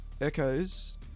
echoes